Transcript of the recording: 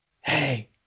hey